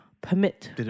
permit